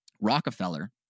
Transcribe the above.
Rockefeller